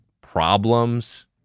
Problems